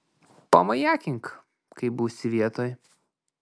pamajakink kai būsi vietoj